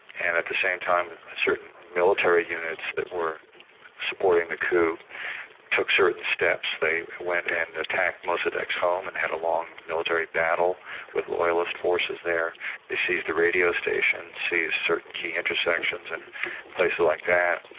and at the same time certain military units that were supporting the coup took certain steps. they went and attacked mossadeq's home and had a long military battle with loyalist forces there they seized a radio station, seized certain key intersections and places like that.